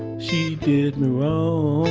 she did me